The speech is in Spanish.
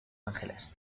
ángeles